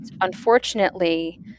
Unfortunately